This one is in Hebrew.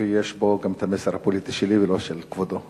ויש בו גם המסר הפוליטי שלי ולא של כבודו.